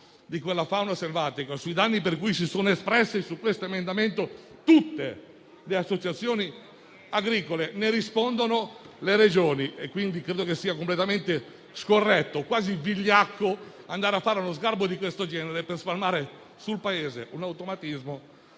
di quella fauna selvatica, sui danni per cui si sono espressi su questo emendamento tutte le associazioni agricole ne rispondono le Regioni. Credo quindi sia completamente scorretto, quasi vigliacco, andare a fare uno sgarbo di questo genere per spalmare sul Paese un automatismo